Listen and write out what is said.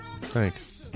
thanks